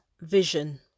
vision